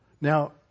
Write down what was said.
Now